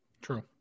True